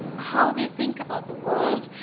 how they think about the world,